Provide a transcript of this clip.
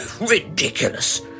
Ridiculous